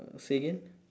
uh say again